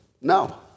no